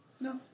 No